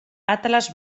atlas